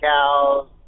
cows